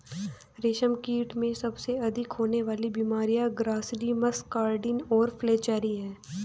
रेशमकीट में सबसे अधिक होने वाली बीमारियां ग्रासरी, मस्कार्डिन और फ्लैचेरी हैं